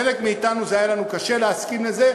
לחלק מאתנו היה קשה להסכים לזה,